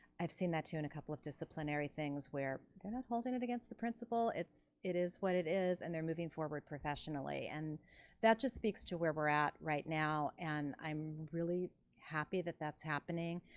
i've seen that too in a couple of disciplinary things where you're not holding it against the principal, it is what it is and they're moving forward professionally. and that just speaks to where we're at right now and i'm really happy that that's happening.